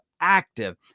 active